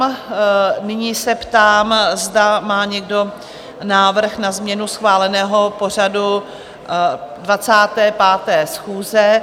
A nyní se ptám, zda má někdo návrh na změnu schváleného pořadu 25. schůze.